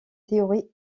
théorie